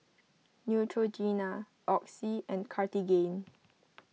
Neutrogena Oxy and Cartigain